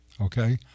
Okay